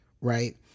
Right